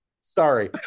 Sorry